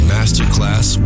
Masterclass